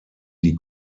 die